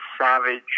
Savage